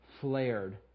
flared